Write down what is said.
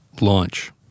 launch